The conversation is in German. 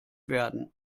werden